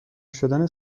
شدن